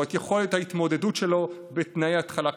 את יכולת ההתמודדות שלו בתנאי התחלה קשים.